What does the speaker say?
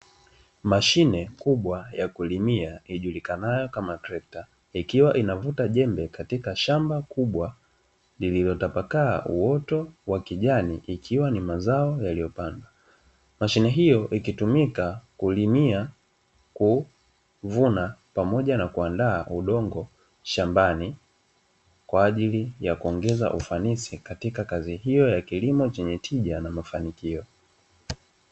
Mashine kubwa ya kulimia ijulikanayo kama trekta ikiwa inavuta jembe katika shamba kubwa lililotapakaa uoto wa kijani ikiwa ni mazao yaliyopandwa mashine hiyo ikitumika kulimia kuvuna pamoja na kuandaa udongo shambani kwa ajili ya kuongeza ufanisi katika kazi hiyo ya kilimo chenye tija na mafanikio.